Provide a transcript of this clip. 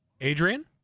Adrian